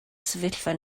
sefyllfa